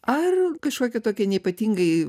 ar kažkokie tokie neypatingai